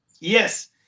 Yes